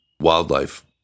wildlife